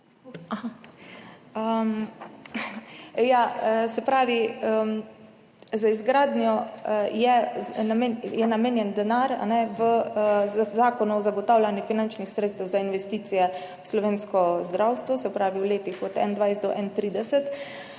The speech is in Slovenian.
Za izgradnjo le-teh je namenjen denar v Zakonu o zagotavljanju finančnih sredstev za investicije v slovensko zdravstvo v letih od 2021 do 2031.